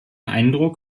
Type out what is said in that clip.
eindruck